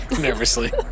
nervously